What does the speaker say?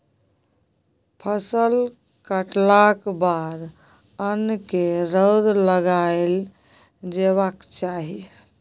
फसल कटलाक बाद अन्न केँ रौद लगाएल जेबाक चाही